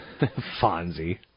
Fonzie